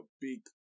big